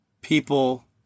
people